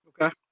Okay